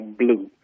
blue